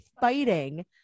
fighting